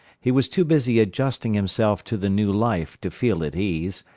he was too busy adjusting himself to the new life to feel at ease,